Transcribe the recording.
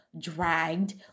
dragged